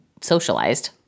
socialized